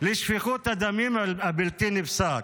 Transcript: לשפיכות הדמים הבלתי-נפסקת.